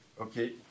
Okay